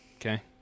Okay